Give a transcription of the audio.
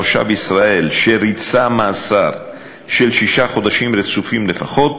תושב ישראל שריצה מאסר של שישה חודשים רצופים לפחות